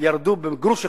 ירדו בגרוש אחד.